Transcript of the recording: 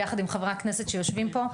ביחד עם חברי הכנסת שיושבים פה,